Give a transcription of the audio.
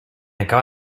acabo